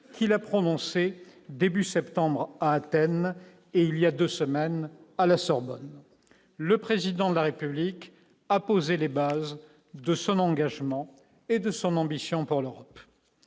qu'il a prononcée début septembre à Athènes et il y a 2 semaines à la Sorbonne, le président de la République a posé les bases de son engagement et de son ambition pour l'Europe,